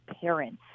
parents